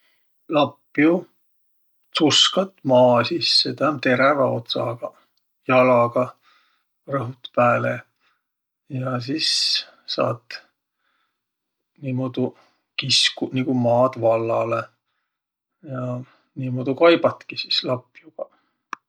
Lapju tsuskat maa sisse. Tä um terävä otsagaq. Jalaga rõhut pääle. Ja sis saat niimuudu kiskuq nigu maad vallalõ. Ja niimuudu kaibatki sis lapjugaq.